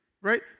right